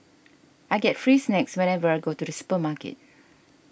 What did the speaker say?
I get free snacks whenever I go to the supermarket